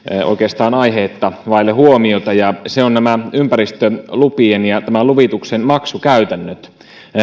oikeastaan aiheetta vaille huomiota ja se on näiden ympäristölupien ja tämän luvituksen maksukäytännöt